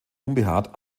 unbehaart